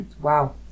Wow